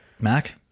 Mac